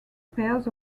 pairs